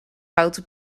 foute